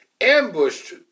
ambushed